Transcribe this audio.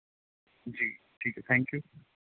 ਜੀ ਠੀਕ ਹੈ ਥੈਂਕ ਯੂ